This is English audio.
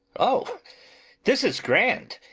oh this is grand!